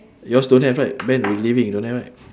yours don't have right ben we leaving don't have right